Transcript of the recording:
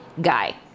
guy